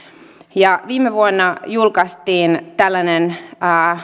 viime vuonna julkaistiin